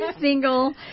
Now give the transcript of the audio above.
single